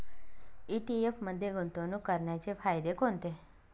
ETF मध्ये गुंतवणूक करण्याचे फायदे कोणते?